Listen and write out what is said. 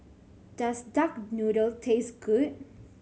does duck noodle taste good